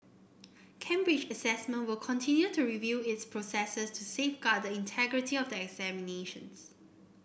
Cambridge Assessment will continue to review its processes to safeguard the integrity of the examinations